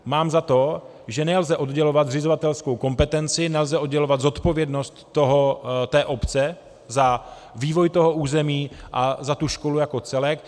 Mám za to, že nelze oddělovat zřizovatelskou kompetenci, nelze oddělovat zodpovědnost obce za vývoj toho území a za tu školu jako celek.